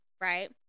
Right